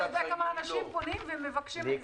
אתה יודע כמה אנשים פונים ומבקשים עזרה?